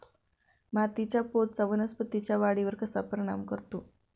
मातीच्या पोतचा वनस्पतींच्या वाढीवर कसा परिणाम करतो?